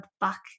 back